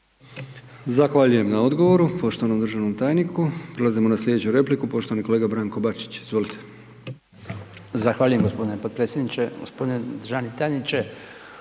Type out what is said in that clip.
Zahvaljujem na odgovoru poštovanom državnom tajniku. Prelazimo na slijedeću repliku, poštovani kolega Branko Bačić, izvolite. **Bačić, Branko (HDZ)** Zahvaljujem g. potpredsjedniče. G. državni tajniče,